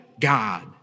God